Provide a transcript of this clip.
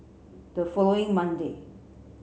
the following Monday